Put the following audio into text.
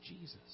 Jesus